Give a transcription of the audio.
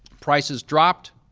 prices dropped,